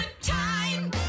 time